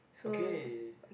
okay